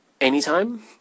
anytime